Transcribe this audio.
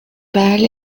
bal